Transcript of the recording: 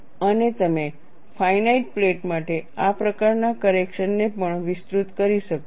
અને તમે finite plate માટે આ પ્રકારના કરેક્શન ને પણ વિસ્તૃત કરી શકો છો